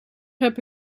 heb